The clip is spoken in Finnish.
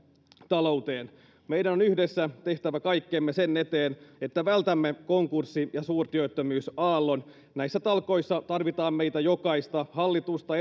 talouteen meidän on yhdessä tehtävä kaikkemme sen eteen että vältämme konkurssi ja suurtyöttömyysaallon näissä talkoissa tarvitaan meitä jokaista hallitusta